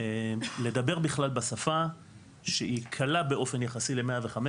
לדבר בכלל בשפה שהיא קלה באופן יחסי ל-105,